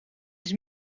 iets